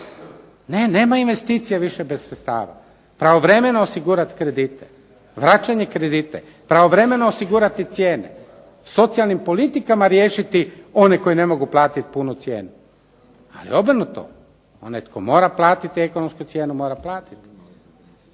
Ne, nema investicija više bez sredstava. Pravovremeno osigurat kredite, vraćanje kredita, pravovremeno osigurati cijene, socijalnim politikama riješiti one koji ne mogu platit punu cijenu. Ali obrnuto, onaj tko mora platiti ekonomsku cijenu mora platiti.